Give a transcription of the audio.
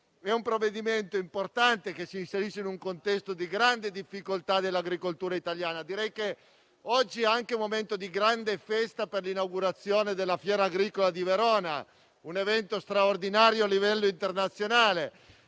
di legge è importante e si inserisce in un contesto di grande difficoltà per l'agricoltura italiana. Direi che oggi è anche un momento di grande festa per inaugurazione della fiera agricola di Verona, un evento straordinario a livello internazionale,